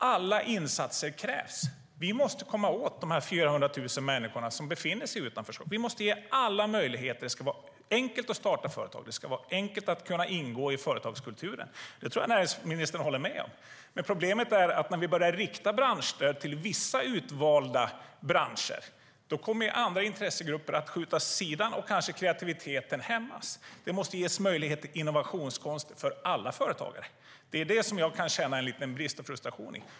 Alla insatser krävs. Vi måste komma åt de 400 000 människor som befinner sig i utanförskap. Vi måste ge alla möjligheter. Det ska vara enkelt att starta företag. Det ska vara enkelt att kunna ingå i företagskulturen. Det tror jag att näringsministern håller med om. Men problemet är att när vi börjar rikta branschstöd till vissa utvalda branscher kommer andra intressegrupper att skjutas åt sidan och kreativiteten kanske hämmas. Det måste ges möjlighet till innovationskonst för alla företagare. Det är det som jag kan känna är en liten brist och frustration.